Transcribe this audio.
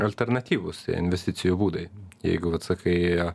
alternatyvūs investicijų būdai jeigu vat sakai